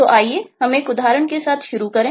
तो आइए हम एक उदाहरण के साथ शुरू करें